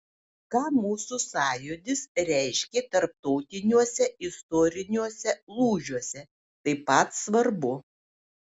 ką mūsų sąjūdis reiškė tarptautiniuose istoriniuose lūžiuose taip pat svarbu